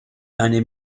eine